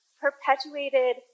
perpetuated